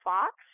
Fox